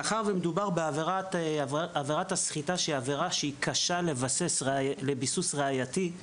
מאחר ומדובר בעבירת הסחיטה זו עברה שקשה לביסוס ראייתי.